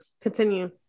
Continue